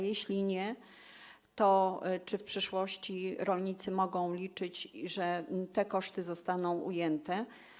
Jeśli nie to, czy w przyszłości rolnicy mogą liczyć, że te koszty zostaną ujęte?